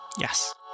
Yes